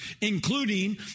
including